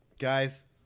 Guys